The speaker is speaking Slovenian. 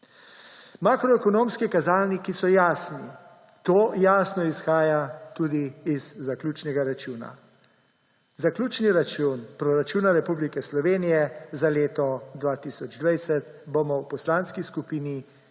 Makroekonomski kazalniki so jasni. To jasno izhaja tudi iz zaključnega računa. Zaključni račun proračuna Republike Slovenije za leto 2020 bomo v Poslanski skupini